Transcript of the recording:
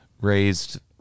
raised